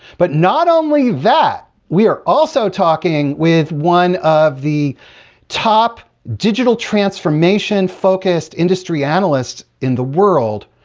but, not only that, we are also talking with one of the top digital transformation focused industry analysts in the world,